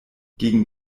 gegen